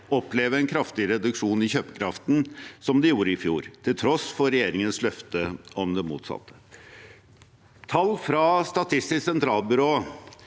oppleve en kraftig reduksjon i kjøpekraften, som de gjorde i fjor, til tross for regjeringens løfte om det motsatte. Tall fra Statistisk sentralbyrå